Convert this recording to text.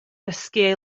dysgu